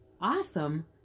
awesome